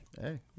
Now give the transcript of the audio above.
Hey